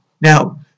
Now